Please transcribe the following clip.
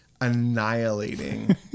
annihilating